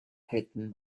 hidden